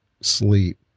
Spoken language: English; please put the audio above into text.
sleep